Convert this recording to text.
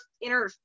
inner